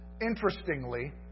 Interestingly